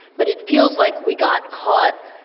but it feels like we got caught.